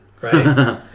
right